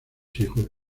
hijos